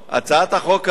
הצעת החוק הזאת